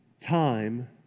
Time